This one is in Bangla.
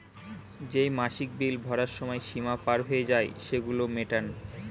যেই মাসিক বিল ভরার সময় সীমা পার হয়ে যায়, সেগুলো মেটান